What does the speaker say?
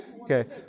okay